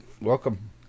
welcome